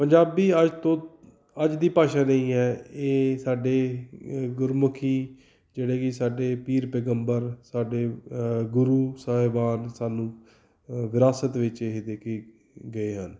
ਪੰਜਾਬੀ ਅੱਜ ਤੋਂ ਅੱਜ ਦੀ ਭਾਸ਼ਾ ਨਹੀਂ ਹੈ ਇਹ ਸਾਡੇ ਗੁਰਮੁਖੀ ਜਿਹੜੇ ਕਿ ਸਾਡੇ ਪੀਰ ਪੈਗੰਬਰ ਸਾਡੇ ਗੁਰੂ ਸਾਹਿਬਾਨ ਸਾਨੂੰ ਵਿਰਾਸਤ ਵਿੱਚ ਇਹ ਦੇ ਕੇ ਗਏ ਹਨ